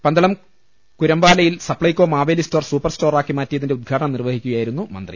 പന്തളം കുരമ്പാലയിൽ Supplyco Maveli store സൂപ്പർസ്റ്റോറാക്കി മാറ്റിയതിന്റെ ഉദ്ഘാടനം നിർവഹിക്കുകയായിരുന്നു മന്ത്രി